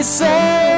say